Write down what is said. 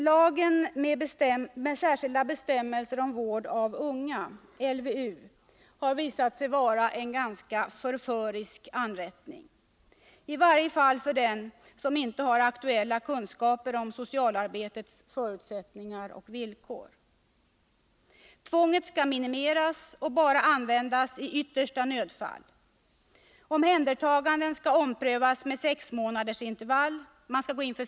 Lagen med särskilda bestämmelser om vård av unga, LVU, har visat sig vara en ganska förförisk anrättning, i varje fall för den som inte har aktuella kunskaper om socialarbetets förutsättningar och villkor. Tvånget skall minimeras och bara användas i yttersta nödfall. Omhändertaganden skall omprövas med sexmånadersintervall.